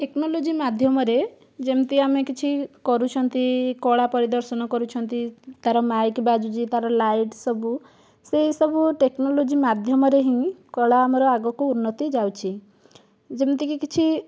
technology ମାଧ୍ୟମରେ ଯେମିତି ଆମେ କିଛି କରୁଛନ୍ତି କଳା ପରିଦର୍ଶନ କରୁଛନ୍ତି ତା'ର ମାଇକ ବାଜୁଛି ତାର ଲାଇଟ ସବୁ ସେଇ ସବୁ ଟେକ୍ନୋଲୋଜି ମାଧ୍ୟମରେ ହିଁ କଳା ଆମର ଆଗକୁ ଉନ୍ନତି ଯାଉଛି ଯେମିତିକି କିଛି